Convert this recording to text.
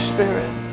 Spirit